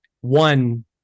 one